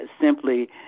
simply